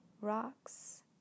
rocks